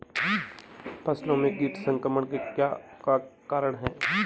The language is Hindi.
फसलों में कीट संक्रमण के क्या क्या कारण है?